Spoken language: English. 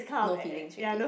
no feeling already